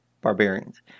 barbarians